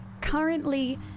currently